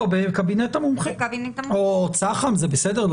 בקבינט המומחים, או צט"מ, זה בסדר.